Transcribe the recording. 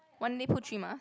one day put three mask